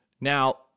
Now